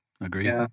Agreed